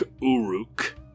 Uruk